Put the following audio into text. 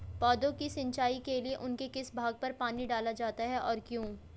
पौधों की सिंचाई के लिए उनके किस भाग पर पानी डाला जाता है और क्यों?